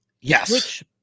Yes